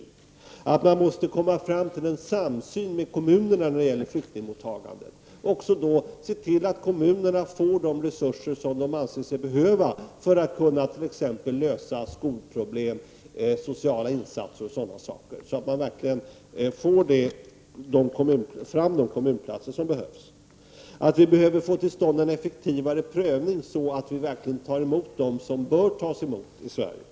Jag har sagt att man måste komma fram till en samsyn med kommunerna när det gäller flyktingmottagandet och se till att kommunerna får de resurser som de anser sig behöva för att kunna exempelvis lösa skolproblem, göra sociala insatser osv., så att man verkligen får fram de kommunplatser som behövs. Jag har sagt att vi behöver få till stånd en effektivare prövning, så att vi verkligen tar emot dem som bör tas emot i Sverige.